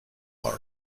aura